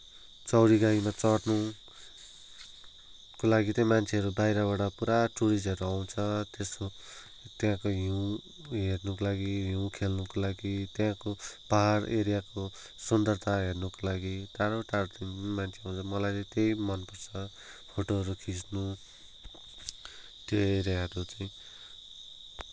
चौरी गाईमा चढनुको लागि चाहिँ मान्छेहरू बाहिरबाट पूरा टुरिस्टहरू आउँछ त्यहाँको हिउँ हेर्नको लागि हिउँ खेल्नको लागि त्यहाँको पहाड एरियाको सुन्दरता हेर्नको लागि टाढा टाढादेखि पनि मान्छे आउँछ मलाई चाहिँ त्यही मनपर्छ फोटोहरू खिच्नु त्यो एरियाहरू चाहिँ